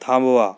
थांबवा